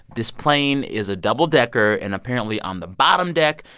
this plane is a double-decker. and apparently on the bottom deck,